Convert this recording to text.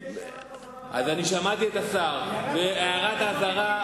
יש הערת אזהרה,